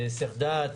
בהיסח דעת,